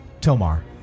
Tomar